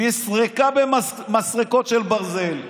נסרקה במסרקות של ברזל.